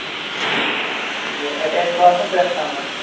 اَچھا ٹھیٖک یہِ ایٹیچ باتھ روٗم پرٛٮ۪تھ کَمرَس